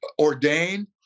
ordained